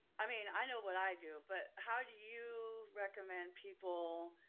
i mean, i know what i do, but how do you recommend people,